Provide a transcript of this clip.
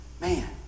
Man